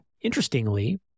interestingly